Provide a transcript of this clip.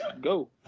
go